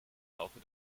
laufe